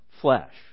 flesh